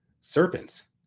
serpents